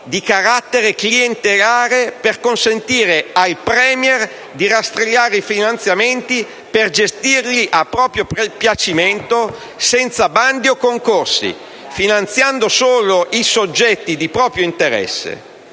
di carattere clientelare per consentire ai *Premier* di rastrellare finanziamenti per gestirli a proprio piacimento, senza bandi o concorsi, finanziando solo i soggetti di proprio interesse: